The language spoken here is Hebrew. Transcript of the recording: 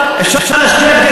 פוליטיים.